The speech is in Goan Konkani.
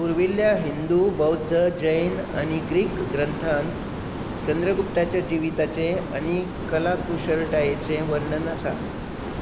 पुर्विल्ल्या हिंदू बौद्ध जैन आनी ग्रीक ग्रंथांत चंद्रगुप्ताच्या जिविताचें आनी कलाकुशळटायेचें वर्णन आसा